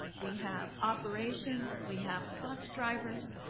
we have operations, we have bus drivers,